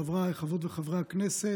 חבריי חברות וחברי הכנסת,